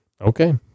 Okay